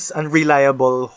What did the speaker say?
unreliable